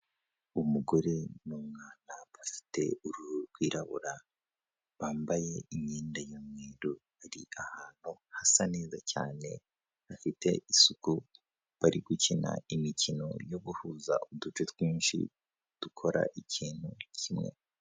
Umugore n'umwana bafite uruhu rwirabura, bambaye imyenda yumweru, bari ahantu hasa neza cyane hafite isuku, bari gukina imikino yo guhuza uduce twinshi dukora ikintu kimwe.